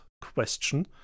question